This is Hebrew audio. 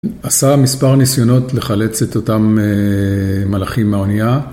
עשה מספר ניסיונות לחלץ את אותם מלחים מהאונייה